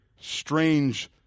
strange